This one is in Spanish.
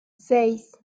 seis